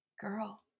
girl